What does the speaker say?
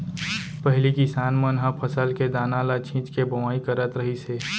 पहिली किसान मन ह फसल के दाना ल छिंच के बोवाई करत रहिस हे